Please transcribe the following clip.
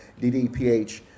DDPH